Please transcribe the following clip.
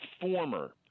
former